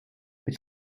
bis